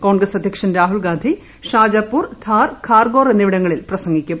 കോൺഗ്രസ് അധ്യക്ഷൻ രാഹുൽഗാന്ധി ഷാജപൂർ ധാർ ഖാർഗോർ എന്നിവിടങ്ങളിൽ പ്രസംഗിക്കും